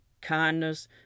kindness